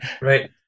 right